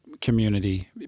community